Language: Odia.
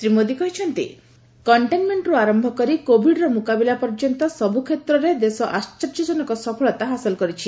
ଶ୍ରୀ ମୋଦୀ କହିଛନ୍ତି କଣ୍ଟେନମେଣ୍ଟରୁ ଆରମ୍ଭ କରି କୋବିଡର ମୁକାବିଲା ପର୍ଯ୍ୟନ୍ତ ସବୁକ୍ଷେତରେ ସେମାନେ ଆଶ୍ଚର୍ଯ୍ୟଜନକ ସଫଳତା ହାସଲ କରିଛି